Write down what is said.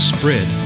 Spread